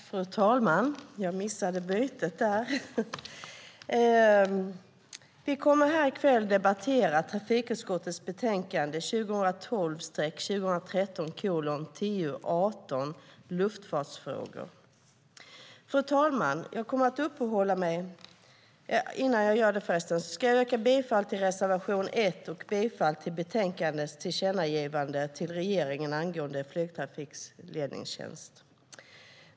Fru talman! Vi kommer nu att debattera trafikutskottets betänkande 2012/13:TU18 Luftfartsfrågor . Jag yrkar bifall till reservation 1 och bifall till förslaget om tillkännagivande till regeringen angående flygtrafikledningstjänst.